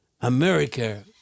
America